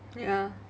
ya